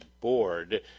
board